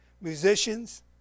musicians